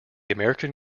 american